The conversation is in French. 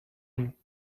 vous